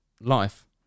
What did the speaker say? life